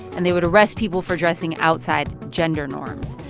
and they would arrest people for dressing outside gender norms.